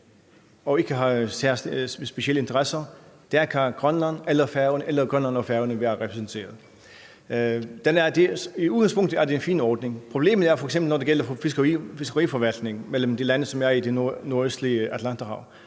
og ikke har specielle interesser, kan Grønland og Færøerne være repræsenteret, og i udgangspunktet er det en fin ordning. Problemet er f.eks., når det gælder fiskeriforvaltningen mellem de lande, som er i det nordøstlige Atlanterhav.